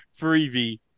Freebie